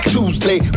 Tuesday